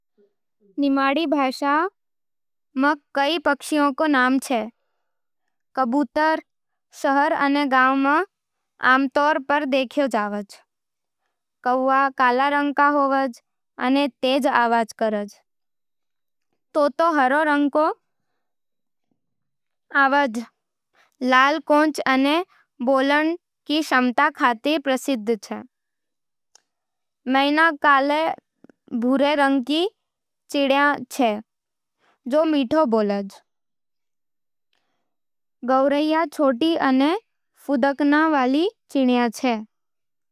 निमाड़ी भाषा में कई तरह के सुंदर पंछी होवें। मैना मैना अपन मीठा बोल खातिर प्रसिद्ध होवे। तोता सुआ हरियर रंग को होवे अने आदमी की बोली नकल कर सके। मोर मोर बरखा मं नाच करे अने अपन नीला-हरा पंख फैलावे। कौवा काग काला रंग को होवे अने हर जगह देखे जावे गौरैया चिड़ी।